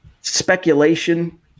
Speculation